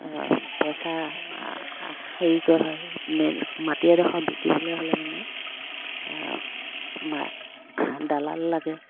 পইচা হেৰি কৈ হয় মাটি এডোখৰ বিকিবলৈ হ'লে মানে দালাল লাগে